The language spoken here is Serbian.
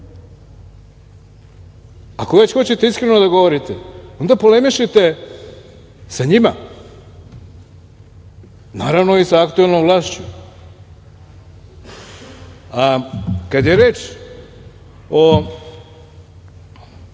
Ako već hoćete iskreno da govorite, onda polemišite sa njima, naravno i sa aktuelnom vlašću. Kada je reč o